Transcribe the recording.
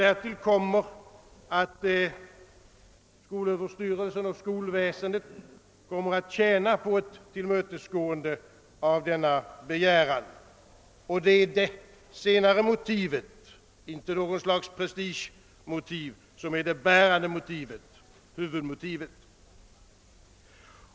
Därtill kommer att skolöverstyrelsen och skolväsendet över huvud taget skulle tjäna på ett tillmötesgående av denna begäran. Det är det senare motivet — och inte något slags prestigeskäl — som är huvudmotivet.